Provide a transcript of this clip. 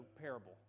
parable